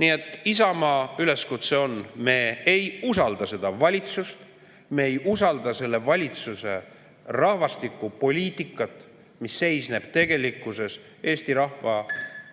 Nii et Isamaa üleskutse on: me ei usalda seda valitsust, me ei usalda selle valitsuse rahvastikupoliitikat, mis seisneb tegelikkuses Eesti rahva, lasterikkuse